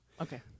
Okay